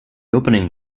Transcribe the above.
opening